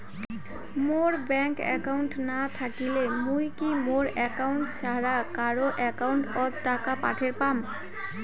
মোর bank account না থাকিলে মুই কি মোর একাউন্ট ছাড়া কারো একাউন্ট অত টাকা পাঠের পাম?